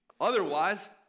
Otherwise